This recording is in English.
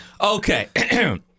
Okay